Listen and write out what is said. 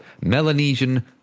Melanesian